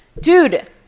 dude